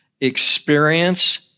Experience